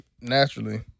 naturally